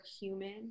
human